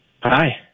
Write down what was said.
Hi